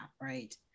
right